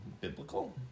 Biblical